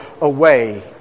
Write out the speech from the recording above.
away